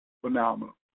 phenomenal